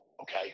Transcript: Okay